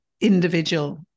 individual